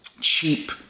cheap